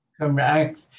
Correct